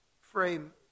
frame